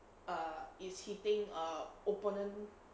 err it's hitting a opponent